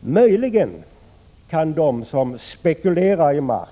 Möjligen kan de som spekulerar i mark